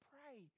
Pray